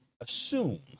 assume